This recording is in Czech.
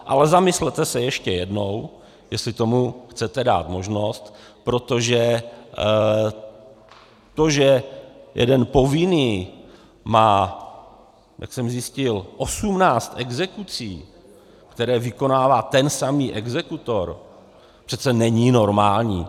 Ale zamyslete se ještě jednou, jestli tomu chcete dát možnost, protože to, že jeden povinný má, jak jsem zjistil, 18 exekucí, které vykonává tentýž exekutor, přece není normální.